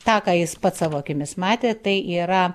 tą ką jis pats savo akimis matė tai yra